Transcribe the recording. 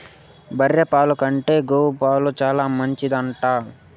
బర్రె పాల కంటే గోవు పాలు చాలా మంచిదక్కా